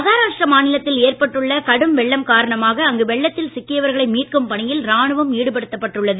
மகாராஷ்டிரா மாநிலத்தில் ஏற்பட்டுள்ள கடும் வெள்ளம் காரணமாக அங்கு வெள்ளத்தில் சிக்கியவர்களை மீட்கும் பணியில் ராணுவம் ஈடுபடுத்தப்பட்டு உள்ளது